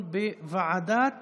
לוועדה